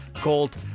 called